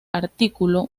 artículo